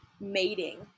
mating